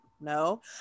no